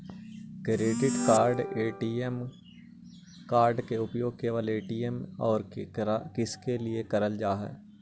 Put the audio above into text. Credit card ATM card के उपयोग केवल ए.टी.एम और किसके के लिए करल जा है?